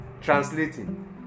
translating